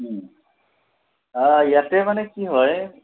ইয়াতে মানে কি হয়